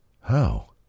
How